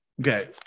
okay